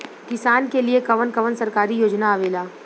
किसान के लिए कवन कवन सरकारी योजना आवेला?